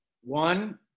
one